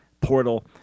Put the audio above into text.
portal